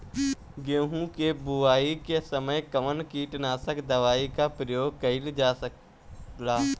गेहूं के बोआई के समय कवन किटनाशक दवाई का प्रयोग कइल जा ला?